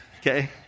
okay